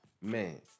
man